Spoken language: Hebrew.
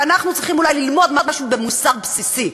ואנחנו צריכים אולי ללמוד משהו במוסר בסיסי.